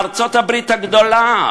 ארצות-הברית הגדולה,